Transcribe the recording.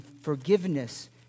forgiveness